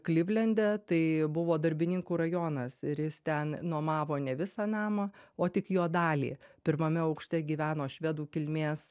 klivlende tai buvo darbininkų rajonas ir jis ten normavo ne visą namą o tik jo dalį pirmame aukšte gyveno švedų kilmės